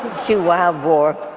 to wild boar.